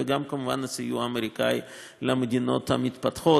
וגם כמובן הסיוע האמריקני למדינות המתפתחות